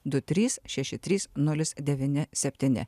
du trys šeši trys nulis devyni septyni